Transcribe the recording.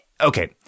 Okay